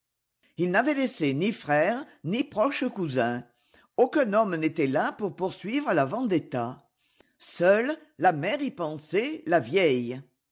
il n'avait laissé ni frère ni proches cousins aucun homme n'était là pour poursuivre la vendetta seule la mère y pensait la vieille